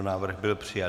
Návrh byl přijat.